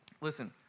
Listen